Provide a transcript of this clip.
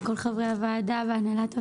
ולכל חברי הוועדה והנהלת הוועדה.